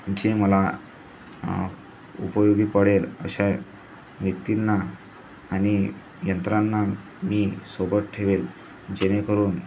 जे मला उपयोगी पडेल अशा व्यक्तींना आणि यंत्रांना मी सोबत ठेवेल जेणेकरून